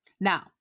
Now